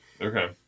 Okay